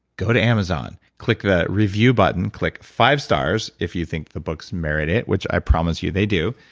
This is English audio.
go to amazon. click the review button. click five stars if you think the books merit it, which i promise you they do.